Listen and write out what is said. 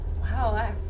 Wow